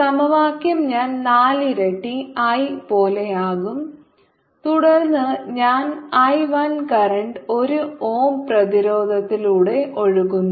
സമവാക്യം ഞാൻ നാലിരട്ടി I പോലെയാകും തുടർന്ന് ഞാൻ I 1 കറന്റ് ഒരു ഓം പ്രതിരോധത്തിലൂടെ ഒഴുകുന്നു